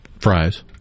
Fries